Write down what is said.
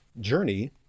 journey